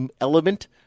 element